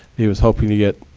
he was hoping to get,